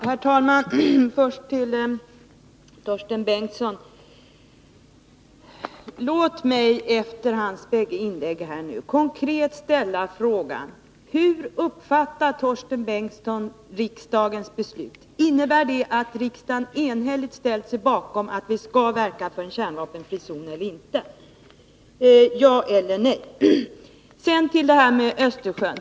Herr talman! Först några ord till Torsten Bengtson. Låt mig efter hans bägge inlägg nu konkret ställa frågan: Hur uppfattar Torsten Bengtson riksdagens beslut? Innebär det att riksdagen enhälligt ställer sig bakom att vi skall verka för en kärnvapenfri zon, eller inte? Ja eller nej! Sedan till detta med Östersjön.